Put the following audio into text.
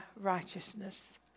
righteousness